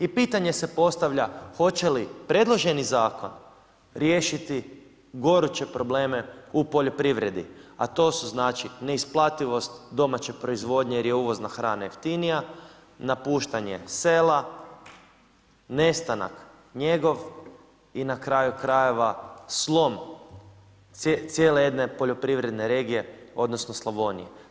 I pitanje se postavlja hoće li predloženi zakon riješiti goruće probleme u poljoprivredi a to su neisplativost domaće proizvodnje jer je uvozna hrana jeftinija, napuštanje sela, nestanak njegov i na kraju krajeva, slom cijele jedne poljoprivredne regije odnosno Slavonije.